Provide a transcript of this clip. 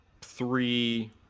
three